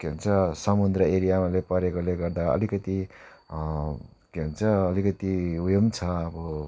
के भन्छ समुद्र एरियामा परेकोले गर्दा अलिकति के भन्छ अलिकति ऊ यो छ अब